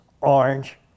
orange